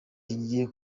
kigiye